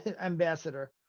ambassador